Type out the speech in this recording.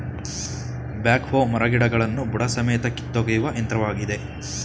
back ಹೋ ಮರಗಿಡಗಳನ್ನು ಬುಡಸಮೇತ ಕಿತ್ತೊಗೆಯುವ ಯಂತ್ರವಾಗಿದೆ